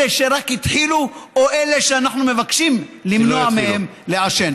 אלה שרק התחילו או אלה שאנחנו מבקשים למנוע מהם לעשן.